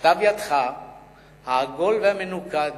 בכתב ידך העגול והמנוקד